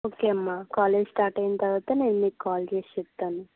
okay అమ్మ college start అయిన తర్వాత నేను మీకు కాల్ చేసి చెప్తాను